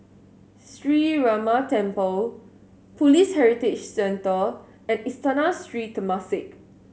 Sree Ramar Temple Police Heritage Centre and Istana Sri Temasek